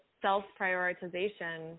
self-prioritization